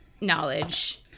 knowledge